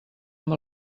amb